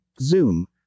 Zoom